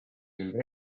küll